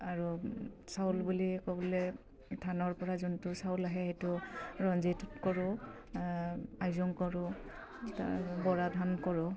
আৰু চাউল বুলি ক'বলে ধানৰ পৰা যোনটো চাউল আহে সেইটো ৰঞ্জিত কৰোঁ আইজোং কৰোঁ বৰা ধান কৰোঁ